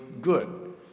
good